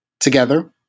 Together